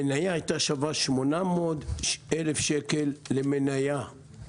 המניה הייתה שווה 800,000 שקל למניה.